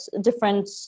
different